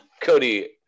Cody